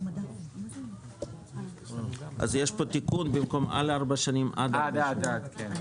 אז יש פה תיקון בסוף ממש